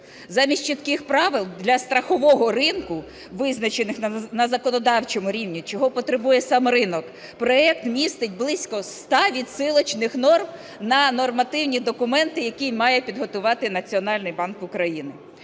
Замість чітких правил для страхового ринку, визначених на законодавчому рівні, чого потребує сам ринок, проект містить близько ста відсилочних норм на нормативні документи, які має підготувати Національний банк України.